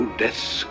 deaths